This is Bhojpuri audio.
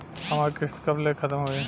हमार किस्त कब ले खतम होई?